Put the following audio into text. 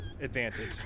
advantage